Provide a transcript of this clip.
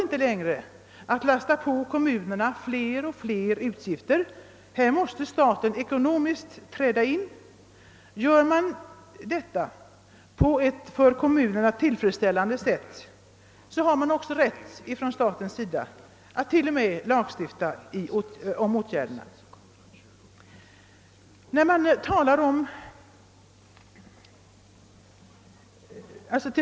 inte längre: att. lasta på kommunerna fler och fler utgifter. Staten. måste träda in ekonomiskt. Gör man detta på ett för kommunerna tillfredsställande sätt har:staten också rätt att lagstifta om åtgärderna.